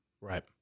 Right